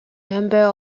number